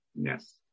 Yes